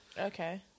Okay